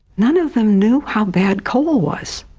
none of them knew how bad coal was.